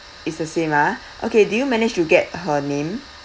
it's the same ah okay did you manage to get her name